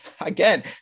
again